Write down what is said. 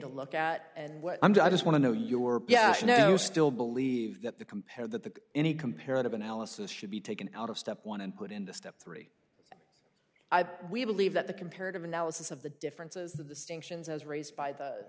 to look at and what i'm to i just want to know your you know still believe that the compared to any comparative analysis should be taken out of step one and put into step three we believe that the comparative analysis of the differences the distinctions as raised by the